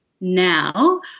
now